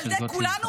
ילדי כולנו,